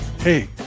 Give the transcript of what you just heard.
Hey